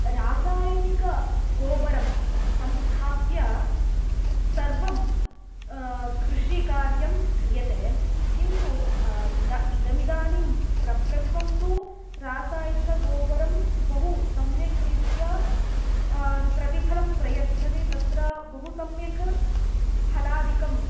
रासायनिकगोबरं संस्थाप्य सर्वं कृषिकार्यं क्रियते किन्तु इदं इदमिदानीं प्रप्रथमं तु रासायनिकगोबरं बहु सम्यक् रीत्या प्रतिफलं प्रयच्छति तत्र बहु सम्यक् फलादिकं